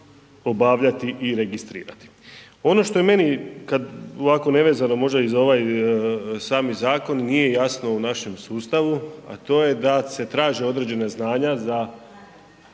obavljati i registrirati. Ono što je meni kad ovako nevezano možda i za ovaj sami zakon nije jasno u našem sustavu, a to je da se traže određena znanja za